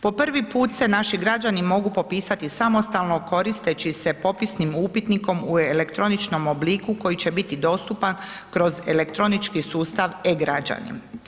Po prvi put se naši građani mogu popisati samostalno koristeći popisnim upitnikom u elektroničnom obliku koji će biti dostupan kroz elektronički sustav e-Građani.